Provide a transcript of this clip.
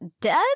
Dead